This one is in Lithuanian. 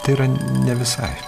tai yra ne visai